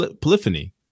Polyphony